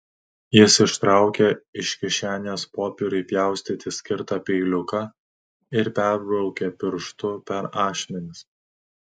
jis ištraukė iš kišenės popieriui pjaustyti skirtą peiliuką ir perbraukė pirštu per ašmenis